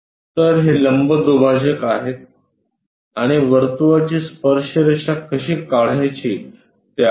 तर हे लंबदुभाजक आहे आणि वर्तुळाची स्पर्श रेषा कशी काढायची ते आठवा